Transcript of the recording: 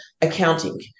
accounting